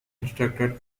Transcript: instructor